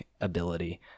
ability